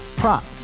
prop